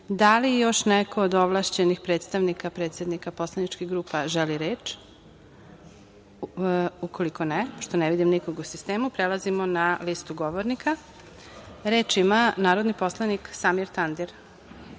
li još neko od ovlašćenih predstavnika predsednika poslaničkih grupa želi reč? Ukoliko ne, pošto ne vidim nikog u sistemu prelazimo na listu govornika. Reč ima narodni poslanik Samir